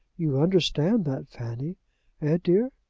you understand that, fanny ah, dear?